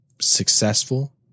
successful